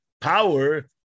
power